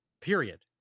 period